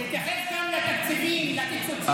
תתייחס גם לתקציבים, לקיצוצים.